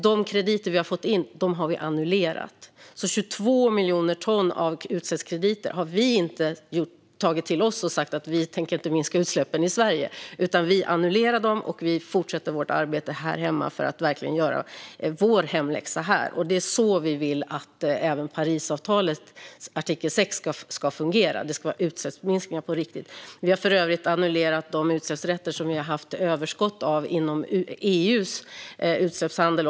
De krediter vi har fått in har vi annullerat. Det är alltså 22 miljoner ton utsläppskrediter som vi inte har tagit till oss. Vi har inte tänkt använda dem för att slippa minska utsläppen i Sverige, utan vi har annullerat dem. Vi fortsätter vårt arbete här hemma för att verkligen göra vår hemläxa här. Det är så vi vill att även Parisavtalets artikel 6 ska fungera: Det ska vara utsläppsminskningar på riktigt. Vi har för övrigt också annullerat de utsläppsrätter som vi har haft överskott av inom EU:s utsläppshandel.